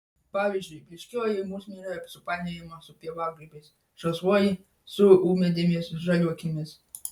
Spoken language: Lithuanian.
pavyzdžiui blyškioji musmirė supainiojama su pievagrybiais žalsvoji su ūmėdėmis žaliuokėmis